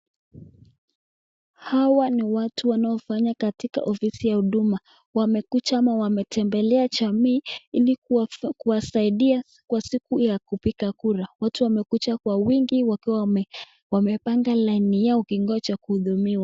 Hawa ni watu wanaofanya katika ofisi ya huduma. Wamekuja ama wametembelea jamii ili kuwa, kuwasaidia kwa siku ya kupiga kura. Watu wamekuja kwa wingi wakiwa wame, wamepanga laini yao wakingoja kuhudumiwa.